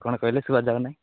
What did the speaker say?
କ'ଣ କହିଲେ ଶୁଭାଯାଉ ନାହିଁ